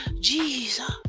Jesus